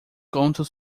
contam